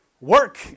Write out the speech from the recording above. work